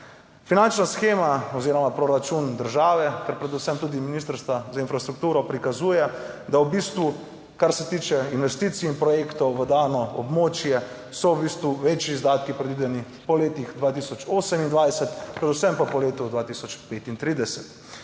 Finančna shema oziroma proračun države ter predvsem tudi Ministrstva za infrastrukturo prikazuje, da v bistvu kar se tiče investicij in projektov v dano območje, so v bistvu večji izdatki predvideni po letih 2028, predvsem pa po letu 2035,